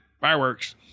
Fireworks